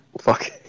Fuck